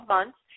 Months